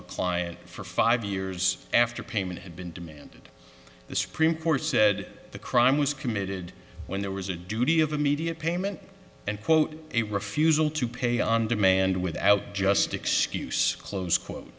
a client for five years after payment had been demanded the supreme court said the crime was committed when there was a duty of immediate payment and quote a refusal to pay on demand without just excuse close quote